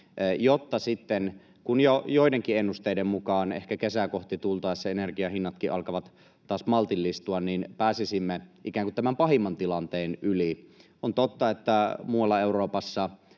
jotta sitten — kun jo joidenkin ennusteiden mukaan ehkä kesää kohti tultaessa energian hinnatkin alkavat taas maltillistua — pääsisimme ikään kuin tämän pahimman tilanteen yli? On totta, että muualla Euroopassa